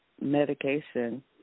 Medication